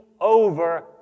over